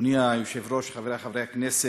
אדוני היושב-ראש, חברי חברי הכנסת,